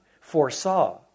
foresaw